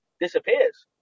disappears